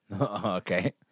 Okay